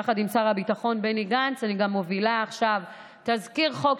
יחד עם שר הביטחון בני גנץ אני מובילה עכשיו תזכיר חוק,